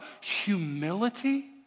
humility